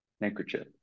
handkerchief